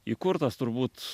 įkurtas turbūt